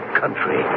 country